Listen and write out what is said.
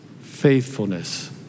faithfulness